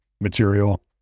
material